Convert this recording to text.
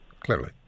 Clearly